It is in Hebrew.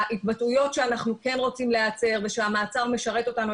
ההתבטאויות שאנחנו כן רוצים להיעצר ושהמעצר משרת אותנו,